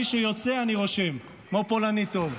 מי שיוצא, אני רושם, כמו פולני טוב.